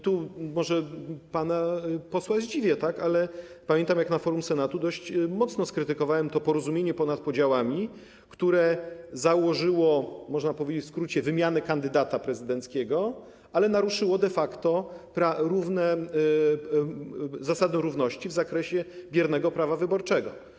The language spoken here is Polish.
Tu może pana posła zdziwię, ale pamiętam jak na forum Senatu dość mocno skrytykowałem to porozumienie ponad podziałami, które założyło, można powiedzieć w skrócie, wymianę kandydata prezydenckiego, ale naruszyło de facto zasadę równości w zakresie biernego prawa wyborczego.